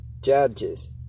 judges